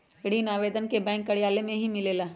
ऋण आवेदन बैंक कार्यालय मे ही मिलेला?